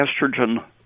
estrogen